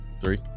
Three